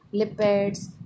lipids